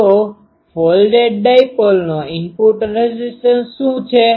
તો ફોલ્ડેડ ડાઈપોલનો input resistance શું છે